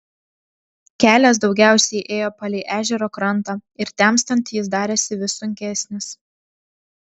kelias daugiausiai ėjo palei ežero krantą ir temstant jis darėsi vis sunkesnis